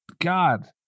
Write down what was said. God